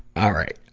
all right,